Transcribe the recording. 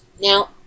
Now